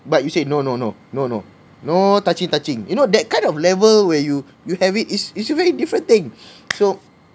but you said no no no no no no touching touching you know that kind of level where you you have it it's a very different thing so